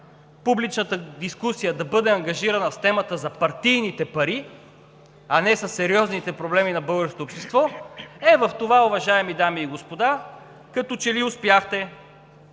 публичната дискусия да бъде ангажирана с темата за партийните пари, а не със сериозните проблеми на българското общество, е в това, уважаеми дами и господа, като че ли успяхте.